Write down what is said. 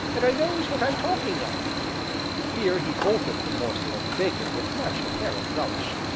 and i knows what i'm talking of here he bolted the morsel of bacon with much apparent relish.